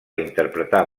interpretar